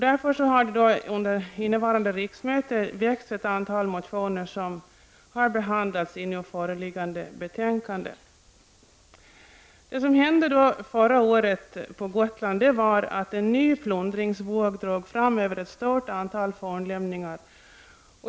Därför har under innevarande riksmöte väckts ett antal motioner som har behandlats i nu föreliggande betänkande. Det som hände förra året på Gotland var att en ny plundringsvåg drog fram över ett stort antal fornlämningar.